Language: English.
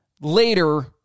later